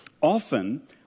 often